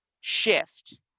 shift